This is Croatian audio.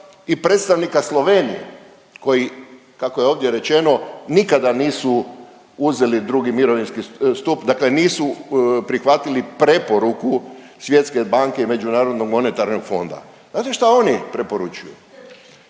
i predstavnika Slovenije koji, kako je ovdje rečeno, nikada nisu uzeli II. mirovinski stup, dakle nisu prihvatili preporuku Svjetske banke i Međunarodnog monetarnog fonda. Znate šta oni preporučuju?